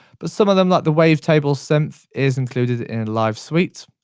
but some of them, like the wavetable synth is included in live suite,